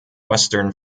western